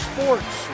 Sports